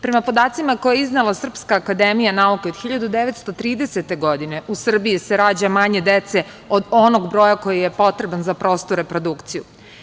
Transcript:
Prema podacima koje je iznela SANU, od 1930. godine u Srbiji se rađa manje dece od onoga broja koji je potreban za prostu reprodukciju.